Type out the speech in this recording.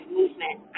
movement